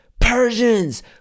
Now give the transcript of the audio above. Persians